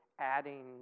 adding